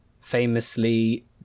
famously